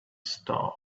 star